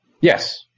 Yes